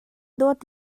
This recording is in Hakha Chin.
dawt